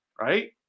right